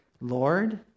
Lord